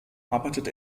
arbeitet